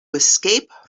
escape